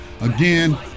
again